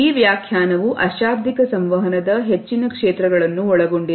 ಈ ವ್ಯಾಖ್ಯಾನವು ಅಶಾಬ್ದಿಕ ಸಂವಹನದ ಹೆಚ್ಚಿನ ಕ್ಷೇತ್ರಗಳನ್ನು ಒಳಗೊಂಡಿದೆ